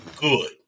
good